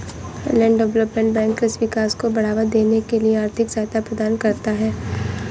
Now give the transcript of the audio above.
land development bank कृषि विकास को बढ़ावा देने के लिए आर्थिक सहायता प्रदान करता है